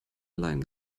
allein